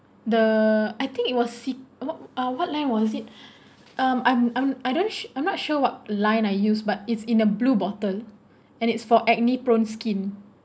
the I think it was se~ uh what line was it um I'm I'm I don't I'm not sure what line I use but it's in a blue bottle and it's for acne prone skin